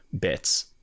bits